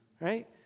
right